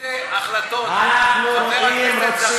איזה החלטות, ג'מאל?